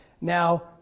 now